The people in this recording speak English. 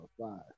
five